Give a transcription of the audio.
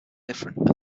different